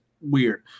weird